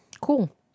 Cool